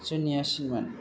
जुनियासिनमोन